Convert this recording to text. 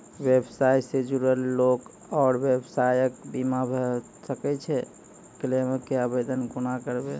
व्यवसाय सॅ जुड़ल लोक आर व्यवसायक बीमा भऽ सकैत छै? क्लेमक आवेदन कुना करवै?